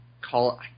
call